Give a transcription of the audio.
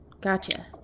Gotcha